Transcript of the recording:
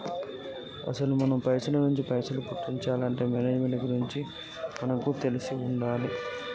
అసలు మనం పైసల నుంచి పైసలను పుట్టించాలంటే మేనేజ్మెంట్ గురించి మనకు తెలిసి ఉండాలి